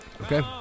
Okay